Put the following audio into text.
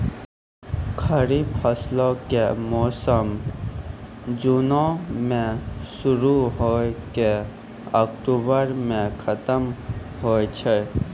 खरीफ फसलो के मौसम जूनो मे शुरु होय के अक्टुबरो मे खतम होय छै